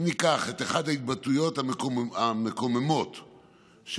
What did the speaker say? אם ניקח את אחת ההתבטאויות המקוממות שנאמרו,